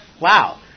Wow